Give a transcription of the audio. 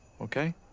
okay